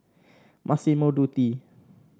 Massimo Dutti